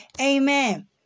Amen